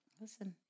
Listen